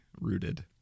rooted